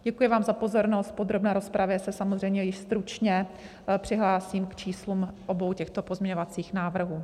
Děkuji vám za pozornost, v podrobné rozpravě se samozřejmě již stručně přihlásím k číslům obou těchto pozměňovacích návrhů.